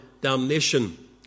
damnation